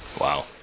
Wow